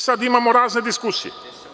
Sada imamo razne diskusije.